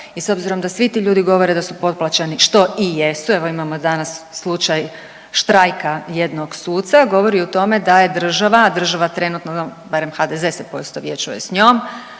i s obzirom da svi ti ljudi govore da su potplaćeni, što i jesu, evo imamo danas slučaj štrajka jednog suca, govori o tome da je država, a država trenutno, barem HDZ se poistovjećuje s njom,